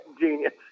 Genius